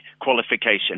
qualification